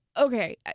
okay